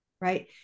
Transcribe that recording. right